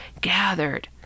gathered